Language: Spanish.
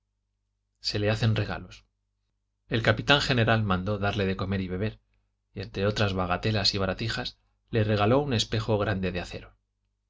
se le hacen regalos el capitán general mandó darle de comer y beber y entre otras bagatelas y baratijas le regaló un espejo grande de acero